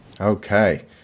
okay